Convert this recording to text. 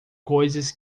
coisas